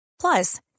Plus